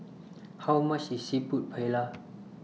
How much IS Seafood Paella